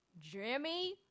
Jimmy